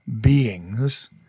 beings